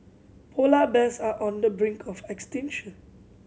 polar bears are on the brink of extinction